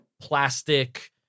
plastic